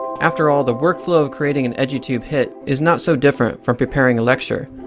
after all, the work flow of creating an edutube hit is not so different from preparing a lecture.